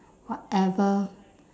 whatever